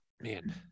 Man